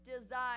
desire